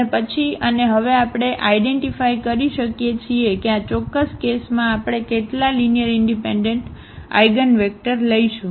અને પછી અને હવે આપણે આઇડેન્ટીફાય કરી શકીએ છીએ કે આ ચોક્કસ કેસમાં આપણે કેટલા લીનીઅરઇનડિપેન્ડન્ટ આઇગનવેક્ટર લઈશું